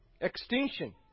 extinction